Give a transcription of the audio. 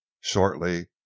Shortly